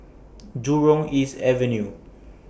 Jurong East Avenue